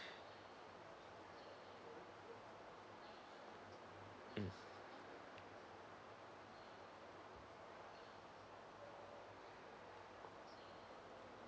mm